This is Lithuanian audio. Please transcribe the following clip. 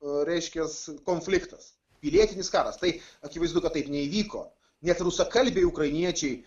reiškias konfliktas pilietinis karas tai akivaizdu kad taip neįvyko net rusakalbiai ukrainiečiai